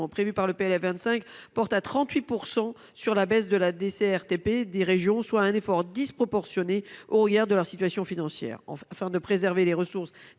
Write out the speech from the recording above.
prévu par le PLF pour 2025 porte à 38 % la baisse de la DCRTP des régions. Cet effort apparaît disproportionné au regard de leur situation financière. Afin de préserver les ressources